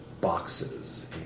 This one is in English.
boxes